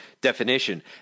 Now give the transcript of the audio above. definition